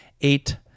eight